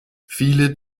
viele